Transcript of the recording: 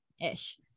Ish